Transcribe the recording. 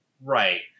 right